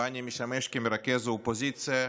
שבה אני משמש מרכז האופוזיציה,